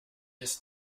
ist